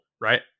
Right